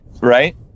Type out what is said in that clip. Right